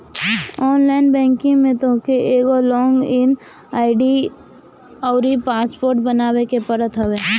online banking में तोहके एगो लॉग इन आई.डी अउरी पासवर्ड बनावे के पड़त हवे